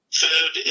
food